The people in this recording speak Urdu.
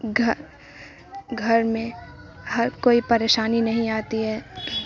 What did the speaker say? گھر گھر میں ہر کوئی پریشانی نہیں آتی ہے